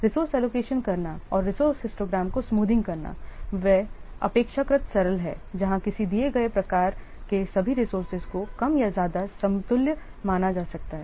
resource allocation करना और resource histogram को स्मूथिंग करना वे अपेक्षाकृत सरल हैं जहां किसी दिए गए प्रकार के सभी रिसोर्सेज को कम या ज्यादा समतुल्य माना जा सकता है